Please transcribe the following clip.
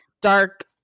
Dark